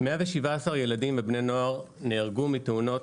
117 ילדים ובני נוער נהרגו מתאונות